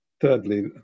Thirdly